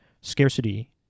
scarcity